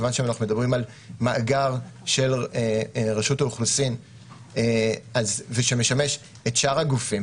מכיוון שאנחנו מדברים על מאגר של רשות האוכלוסין ושמשמש את שאר הגופים,